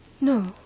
No